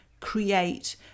Create